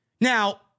Now